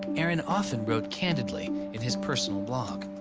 aaron often wrote candidly in his personal blog